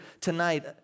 tonight